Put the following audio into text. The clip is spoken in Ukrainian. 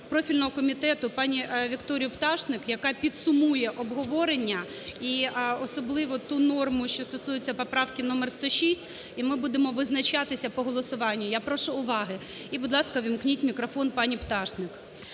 профільного комітету пані Вікторію Пташник, яка підсумує обговорення, і особливо ту норму, що стосується поправки номер 106. І ми будемо визначатися по голосуванню. Я прошу уваги! І, будь ласка, увімкніть мікрофон пані Пташник.